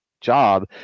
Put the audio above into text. job